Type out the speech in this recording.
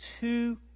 two